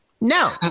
No